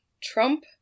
Trump